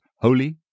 holy